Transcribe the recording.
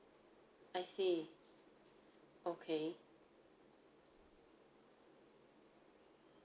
I see okay